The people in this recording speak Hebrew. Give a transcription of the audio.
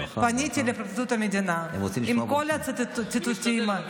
פניתי לפרקליטות המדינה עם כל הציטוטים האלה.